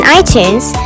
iTunes